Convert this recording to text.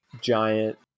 giant